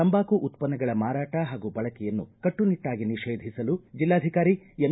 ತಂಬಾಕು ಉತ್ಪನ್ನಗಳ ಮಾರಾಟ ಹಾಗೂ ಬಳಕೆಯನ್ನು ಕಟ್ಟುನಿಟ್ವಾಗಿ ನಿಷೇಧಿಸಲು ಜಿಲ್ಲಾಧಿಕಾರಿ ಎಂ